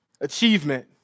achievement